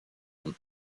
und